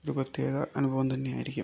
ഒരു പ്രത്യേക അനുഭവം തന്നെ ആയിരിക്കും